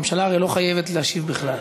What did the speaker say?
הממשלה הרי לא חייבת להשיב בכלל.